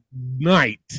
night